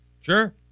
Sure